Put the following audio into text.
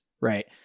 Right